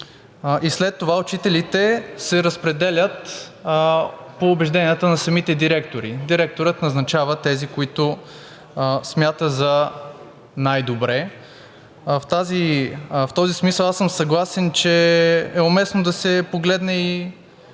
и след това учителите се разпределят по убежденията на самите директори – директорът назначава тези, които смята за най-добри. В този смисъл аз съм съгласен, че е уместно да се погледнат